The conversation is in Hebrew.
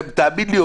תאמין לי,